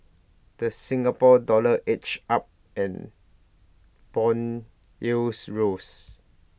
the Singapore dollar edged up and Bond yields rose